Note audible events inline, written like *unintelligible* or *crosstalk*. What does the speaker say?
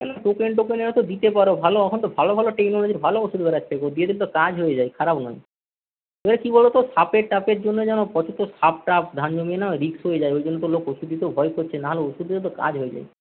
*unintelligible* তো দিতে পারো ভালো এখন তো ভালো ভালো টেকনোলজির ভালো ওষুধ বেরোচ্ছে গো দিলে তো কাজ হয়ে যায় খারাপ নয় *unintelligible* কী বলো তো সাপের টাপের জন্য জানো কত তো সাপ টাপ ধান জমি না রিস্ক হয়ে যায় ওই জন্য তো লোক ওষুধ দিতেও ভয় করছে নাহলে ওষুধেও তো কাজ হয়ে যায়